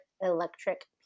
electric